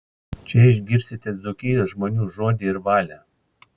čia išgirsite dzūkijos žmonių žodį ir valią